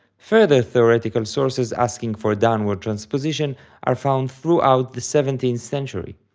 further theoretical sources asking for downward transposition are found throughout the seventeenth century,